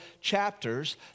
chapters